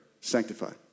sanctified